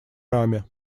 раме